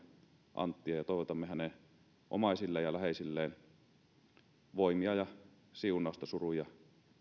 anttia ja toivotamme hänen omaisilleen ja läheisilleen voimia ja siunausta surun ja